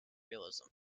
realism